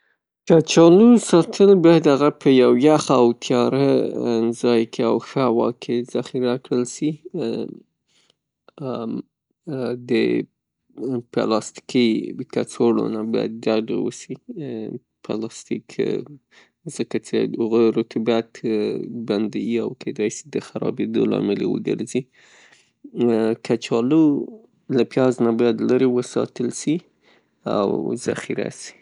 کچالو ساتل هغه باید په یوه تیاره او یخ ځای کې او ښه هوا کې ذخیره کړل سي، د پلاستیکي کڅوړو نه باید ډډه وسي. پلاستیک، ځکه څې هغوی رطوبت بندیي او کیدای سي او د خرابیدو لامل یې وګرځي. کچالو باید له پیازه لیرې وساتل سي او ذخیره سي.